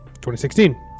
2016